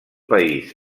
país